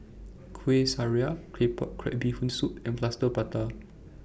Kuih Syara Claypot Crab Bee Hoon Soup and Plaster Prata